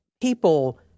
people